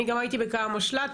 אני גם הייתי בכמה משל"טים,